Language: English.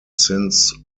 since